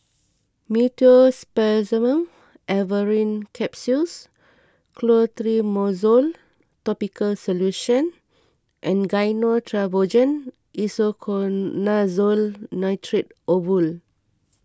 Meteospasmyl Alverine Capsules Clotrimozole Topical Solution and Gyno Travogen Isoconazole Nitrate Ovule